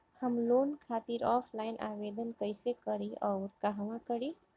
हम लोन खातिर ऑफलाइन आवेदन कइसे करि अउर कहवा करी?